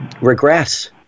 regress